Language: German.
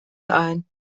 ein